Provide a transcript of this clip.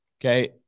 Okay